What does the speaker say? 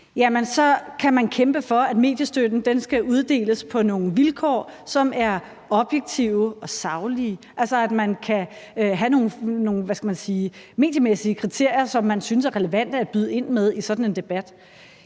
– kan man kæmpe for, at mediestøtten skal uddeles på nogle vilkår, som er objektive og saglige, altså at man kan have nogle, man kan sige mediemæssige kriterier, som man synes er relevante at byde ind med i sådan en debat?